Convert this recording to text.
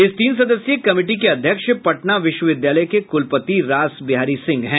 इस तीन सदस्यीय कमिटी के अध्यक्ष पटना विश्वविद्यालय के कुलपति रास बिहारी सिंह है